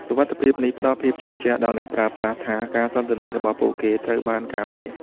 សុវត្ថិភាពនេះផ្ដល់ភាពជឿជាក់ដល់អ្នកប្រើប្រាស់ថា ការសន្ទនារបស់ពួកគេត្រូវបានការពារ។